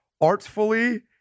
artfully